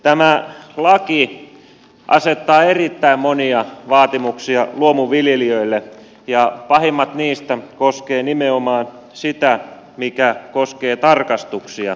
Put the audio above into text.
tämä laki asettaa erittäin monia vaatimuksia luomuviljelijöille ja pahimmat niistä koskevat nimenomaan sitä mikä koskee tarkastuksia